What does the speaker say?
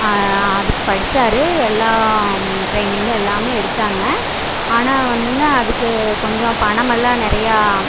அதுக்கு படித்தாரு எல்லாம் ட்ரெய்னிங்கு எல்லாம் எடுத்தாங்க ஆனால் வந்துங்க அதுக்கு கொஞ்சம் பணமெல்லாம் நிறையா